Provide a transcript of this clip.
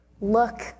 look